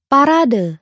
Parade